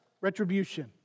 retribution